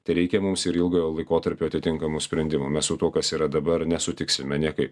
tai reikia mums ir ilgojo laikotarpio atitinkamų sprendimų mes su tuo kas yra dabar nesutiksime niekaip